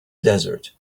desert